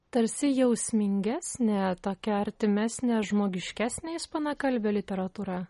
tarsi jausmingesnė tokia artimesnė žmogiškesnė ispanakalbė literatūra